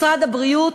משרד הבריאות,